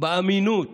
באמינות